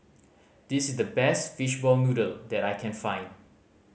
this is the best fishball noodle that I can find